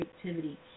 creativity